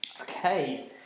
Okay